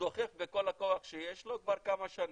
דוחף בכל הכוח שיש לו כבר כמה שנים.